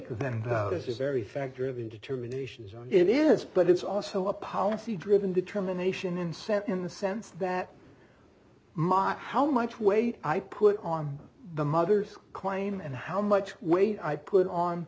then this is very fact driven determinations or it is but it's also a policy driven determination in sent in the sense that mot how much weight i put on the mother's claim and how much weight i put on